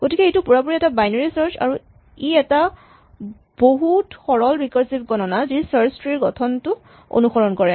গতিকে এইটো পুৰাপুৰি এটা বাইনেৰী চাৰ্চ আৰু ই এটা বহুত সৰল ৰিকাৰছিভ গণনা যি চাৰ্চ ট্ৰী ৰ গঠনটো অনুসৰণ কৰে